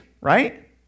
right